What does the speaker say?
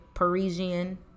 Parisian